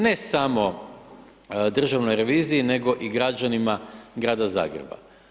Ne samo državnoj reviziji, nego i građanima Grada Zagreba.